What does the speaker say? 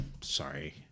sorry